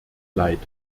leid